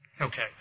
Okay